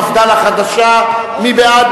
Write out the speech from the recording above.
מפד"ל החדשה: מי בעד?